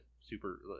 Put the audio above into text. super